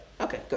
Okay